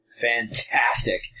Fantastic